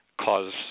cause